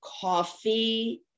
coffee